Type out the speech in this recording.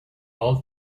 all